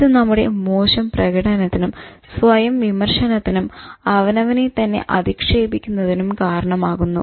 ഇത് നമ്മുടെ മോശം പ്രകടനത്തിനും സ്വയം വിമർശനത്തിനും അവനവനെ തന്നെ അധിക്ഷേപിക്കുന്നതിനും കാരണമാകുന്നു